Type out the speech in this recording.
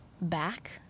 back